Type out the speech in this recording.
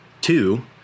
two